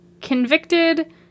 convicted